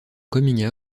coming